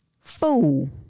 fool